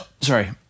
Sorry